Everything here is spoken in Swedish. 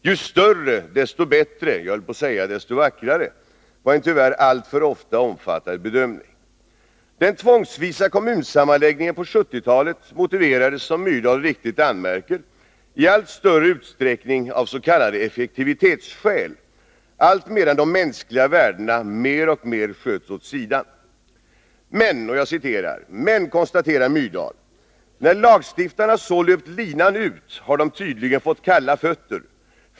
Ju större, desto bättre, — jag höll på att säga desto vackrare — var en tyvärr alltför ofta omfattad bedömning. Den tvångsvisa kommunsammanläggningen på 1970-talet motiverades, som Myrdal riktigt anmärker, i allt större utsträckning av s.k. effektivitetsskäl, allt medan de mänskliga värdena mer och mer sköts åt sidan. ”Men”, konstaterar Myrdal, ”när lagstiftarna så löpt linan ut, har de tydligen fått kalla fötter.